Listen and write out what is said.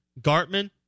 Gartman